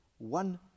one